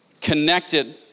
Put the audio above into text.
connected